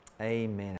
Amen